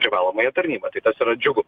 privalomąją tarnybą tai kas yra džiugu